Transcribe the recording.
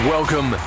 welcome